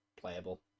playable